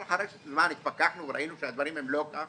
אבל אחרי זמן התפכחנו וראינו שהדברים הם לא כך